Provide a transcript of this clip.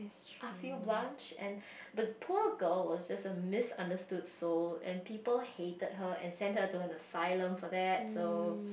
I feel Blanch and the poor girl was just a misunderstood soul and people hated her and sent her to an asylum for that so